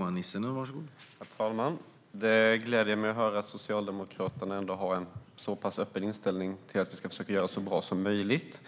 Herr talman! Det gläder mig att höra att Socialdemokraterna ändå har en så pass öppen inställning till att vi ska försöka göra detta så bra som möjligt.